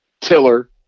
tiller